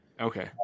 Okay